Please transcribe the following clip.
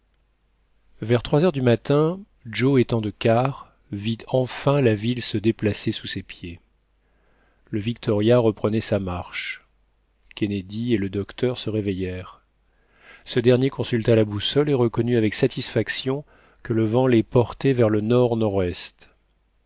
vers trois heures du matin joe étant de quart vit enfin la ville se déplacer sous ses pieds le victoria reprenait sa marche kennedy et le docteur se réveillèrent ce dernier consulta la boussole et reconnut avec satisfaction que le vent les portait vers le